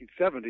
1970